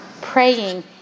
praying